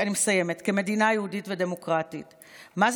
שרת הכלכלה